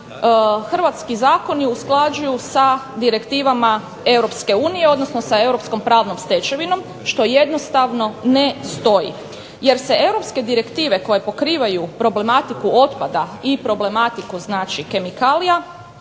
hrvatski zakoni usklađuju sa direktivama Europske unije, odnosno sa europskom pravnom stečevinom što jednostavno ne stoji jer se europske direktive koje pokrivaju problematiku otpada i problematiku kemikalija